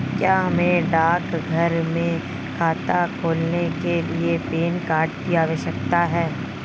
क्या हमें डाकघर में खाता खोलने के लिए पैन कार्ड की आवश्यकता है?